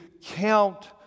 count